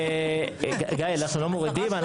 גיא, אנחנו לא מורידים.